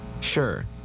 Sure